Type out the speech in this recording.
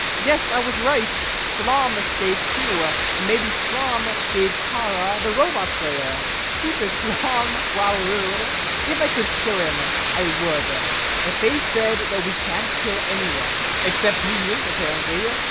yes i was right selam escaped to and maybe slum gave cara the robot slayer stupid slum wow rude ah if i could kill him i would ah but they said that we can't kill anyone except me yeah apparently yeah,